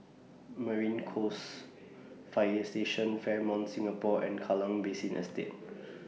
Marine Coast Fire Station Fairmont Singapore and Kallang Basin Estate